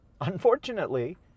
Unfortunately